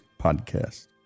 podcast